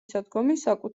საკუთარი